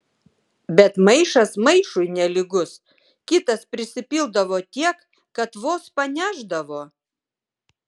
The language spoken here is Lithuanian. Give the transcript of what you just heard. bet maišas maišui nelygus kitas prisipildavo tiek kad vos panešdavo